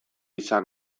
izan